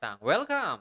welcome